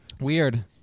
Weird